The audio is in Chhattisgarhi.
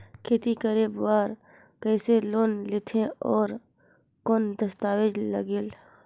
खेती करे बर कइसे लोन लेथे और कौन दस्तावेज लगेल?